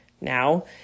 now